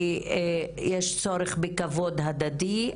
כי יש צורך בכבוד הדדי,